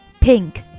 pink